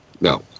No